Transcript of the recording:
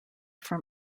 from